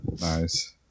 Nice